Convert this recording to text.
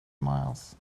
miles